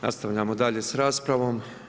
Nastavljamo dalje s raspravom.